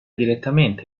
direttamente